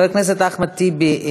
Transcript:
חבר הכנסת אחמד טיבי,